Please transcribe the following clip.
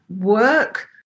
work